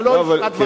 זה לא ישיבת ועדה.